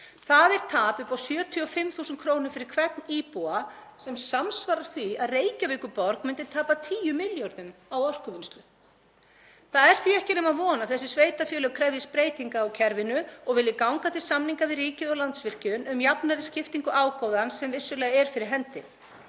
Það er tap upp á 75.000 kr. fyrir hvern íbúa, sem samsvarar því að Reykjavíkurborg myndi tapa 10 milljörðum á orkuvinnslu. Það er því ekki nema von að þessi sveitarfélög krefjist breytinga á kerfinu og vilji ganga til samninga við ríkið og Landsvirkjun um jafnari skiptingu ágóðans sem vissulega er fyrir hendi.